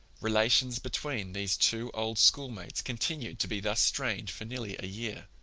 relations between these two old schoolmates continued to be thus strained for nearly a year!